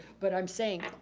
but i'm saying.